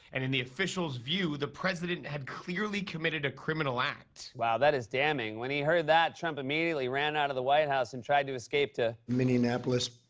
and in the official's view, the president had clearly committed a criminal act. wow, that is damning. when he heard that, trump immediately ran out of the white house and tried to escape to. minionapolis.